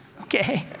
Okay